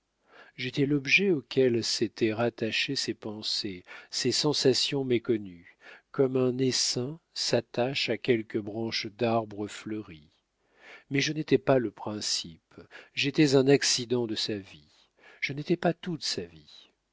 j'étais l'objet auquel s'étaient rattachées ses pensées ses sensations méconnues comme un essaim s'attache à quelque branche d'arbre fleuri mais je n'étais pas le principe j'étais un accident de sa vie je n'étais pas toute sa vie